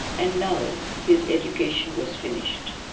and now his education was finished.